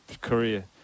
career